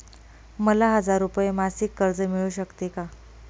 मला हजार रुपये मासिक कर्ज मिळू शकते का?